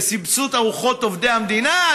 לסבסוד ארוחות עובדי המדינה,